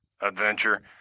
adventure